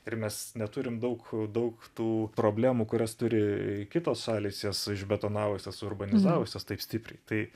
ir mes neturim daug daug tų problemų kurias turi kitos šalys jas užbetonavusios suurbanizavusios taip stipriai tai